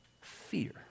Fear